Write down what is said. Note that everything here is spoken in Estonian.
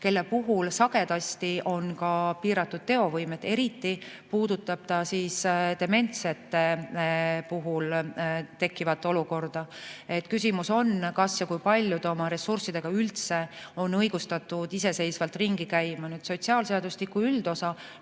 kes on sagedasti ka piiratud teovõimega, eriti puudutab see dementsete puhul tekkivat olukorda, siis küsimus on, kas ja kui palju ta oma ressurssidega üldse on õigustatud iseseisvalt ringi käima. Sotsiaalseadustiku üldosa